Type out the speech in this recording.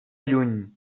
lluny